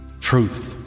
Truth